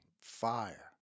Fire